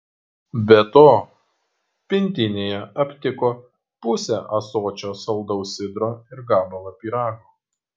be to pintinėje aptiko pusę ąsočio saldaus sidro ir gabalą pyrago